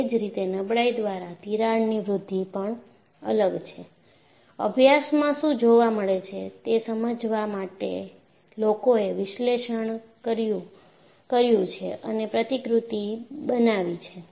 એ જ રીતે નબળાઈ દ્વારા તિરાડની વૃદ્ધિ પણ અલગ છે અભ્યાસમાં શું જોવા મળે છે તે સમજાવવા માટે લોકોએ વિશ્લેષણ કર્યું છે અને પ્રતિકૃતિ બનાવી છે